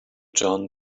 john